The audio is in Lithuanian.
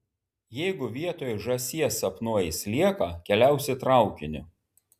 jeigu vietoj žąsies sapnuoji slieką keliausi traukiniu